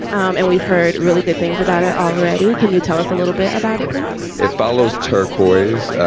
um and we've heard really good things about it already. can you tell us a little bit about it, please? it follows turquoise,